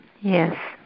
Yes